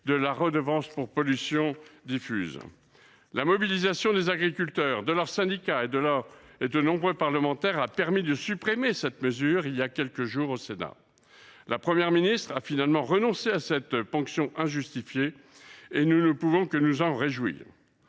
la hausse envisagée de la RPD ? La mobilisation des agriculteurs, de leurs syndicats et de nombreux parlementaires a permis de supprimer cette mesure il y a quelques jours au Sénat. La Première ministre a finalement renoncé à cette ponction injustifiée, ce dont nous ne pouvons que nous réjouir.